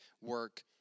work